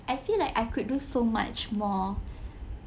I feel like I could do so much more